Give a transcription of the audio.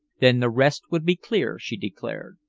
then the rest would be clear, she declared.